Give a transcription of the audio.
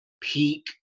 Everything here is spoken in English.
peak